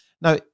now